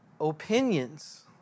opinions